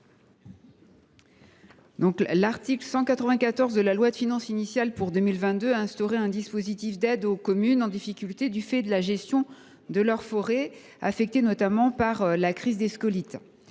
L’article 194 de la loi de finances initiale pour 2022 a instauré un dispositif d’aide aux communes en difficulté du fait de la gestion de leurs forêts, affectées notamment par la crise des scolytes.